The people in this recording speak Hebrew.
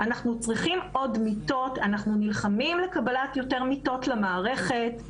אנחנו צריכים עוד מיטות ואנחנו נלחמים לקבלת יותר מיטות למערכת.